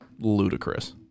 ludicrous